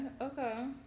okay